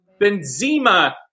Benzema